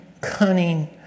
cunning